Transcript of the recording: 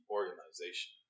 organization